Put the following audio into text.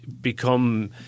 become